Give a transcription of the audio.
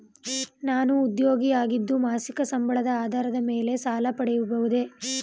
ನಾನು ಉದ್ಯೋಗಿ ಆಗಿದ್ದು ಮಾಸಿಕ ಸಂಬಳದ ಆಧಾರದ ಮೇಲೆ ಸಾಲ ಪಡೆಯಬಹುದೇ?